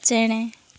ᱪᱮᱬᱮ